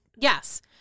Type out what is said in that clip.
Yes